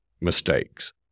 mistakes